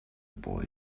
boy